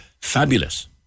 fabulous